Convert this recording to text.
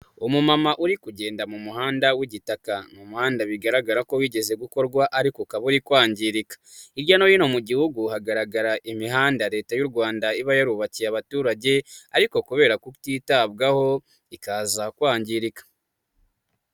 Umumama uri kugenda mu muhanda w'igitaka. Ni umuhanda bigaragara ko bigeze gukorwa ariko ukaba ari kwangirika, hirya no hino mu gihugu hagaragara imihanda leta y'u Rwanda iba yarubakiye abaturage ariko kubera kutitabwaho ikaza kwangirika.